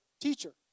teacher